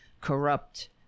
corrupt